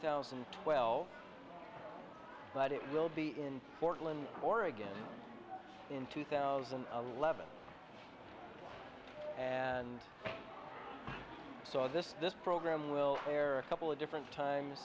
thousand and twelve but it will be in portland oregon in two thousand and eleven and so this this program will air a couple of different times